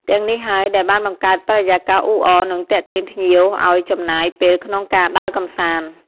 ទាំងនេះហើយ ដែលបានបង្កើតបរិយាកាសអ៊ូអរ និងទាក់ទាញភ្ញៀវឱ្យចំណាយពេលក្នុងការដើរកម្សាន្ត។